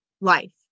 life